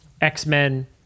X-Men